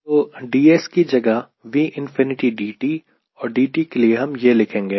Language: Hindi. तो ds की जगह 𝑉ꝏdt और dt के लिए हम यह लिखेंगे